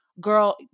girl